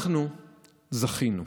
אנחנו זכינו.